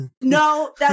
no